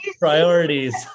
Priorities